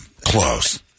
Close